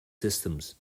systems